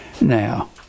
Now